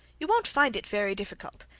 you won't find it very difficult,